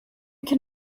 can